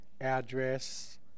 address